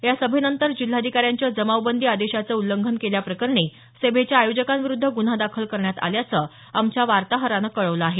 या सभेनंतर जिल्हाधिकाऱ्यांच्या जमावबंदी आदेशाचं उल्लंघन केल्याप्रकरणी सभेच्या आयोजकांविरुध्द गुन्हा दाखल करण्यात आल्याचं आमच्या वार्ताहरानं कळवलं आहे